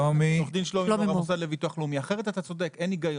אתה צודק כי אחרת אין הגיון.